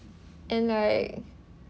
and like